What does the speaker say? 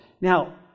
Now